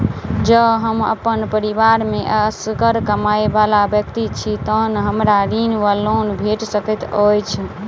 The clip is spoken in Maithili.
जँ हम अप्पन परिवार मे असगर कमाई वला व्यक्ति छी तऽ हमरा ऋण वा लोन भेट सकैत अछि?